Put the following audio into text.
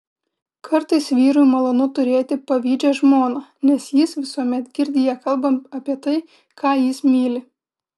kartais vyrui malonu turėti pavydžią žmoną nes jis visuomet girdi ją kalbant apie tai ką jis myli